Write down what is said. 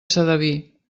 sedaví